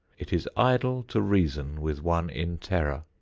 it is idle to reason with one in terror.